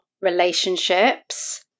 relationships